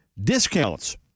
discounts